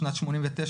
בשנת 1989,